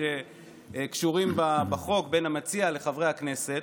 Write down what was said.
שקשורים בחוק בין המציע לחברי הכנסת.